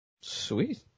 Sweet